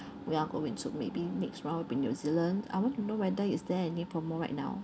we're going to maybe next round will be new zealand I want to know whether is there any promo right now